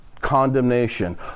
condemnation